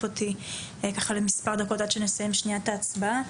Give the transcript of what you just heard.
אותי למספר דקות עד שנסיים את ההצבעה.